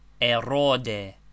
Erode